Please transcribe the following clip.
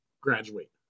graduate